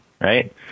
right